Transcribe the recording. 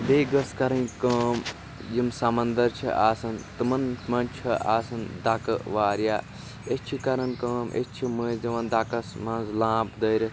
بیٚیہِ گٔژھ کرٕنۍ کأم یِم سمندر چھ آسان تِمن منٛز چھ آسان دکہٕ واریاہ أسۍ چھ کران کأم أسۍ چھ مٔنٛزۍ دِوان دکس منٛز لانپ دٲرِتھ